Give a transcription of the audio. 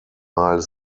mal